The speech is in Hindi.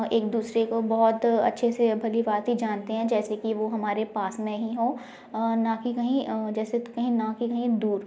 एक दूसरे को बहुत अच्छे से भली भाँति जानते हैं जैसे कि वो हमारे पास में ही हों ना कि कहीं जैसे कहीं ना कि कहीं दूर